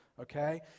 Okay